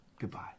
Goodbye